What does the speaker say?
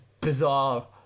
bizarre